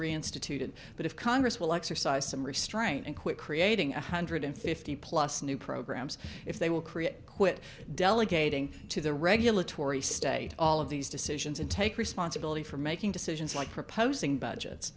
reinstituted but if congress will exercise some restraint and quit creating a hundred fifty plus new programs if they will create quit delegating to the regulatory state all of these decisions and take responsibility for making decisions like proposing budgets